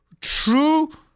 true